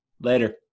Later